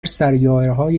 سیارههای